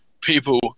people